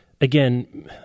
again